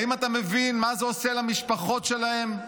האם אתה מבין מה זה עושה למשפחות שלהם?